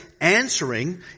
answering